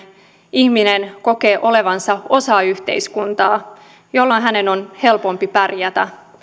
ihminen kokee olevansa osa yhteiskuntaa jolloin hänen on helpompi pärjätä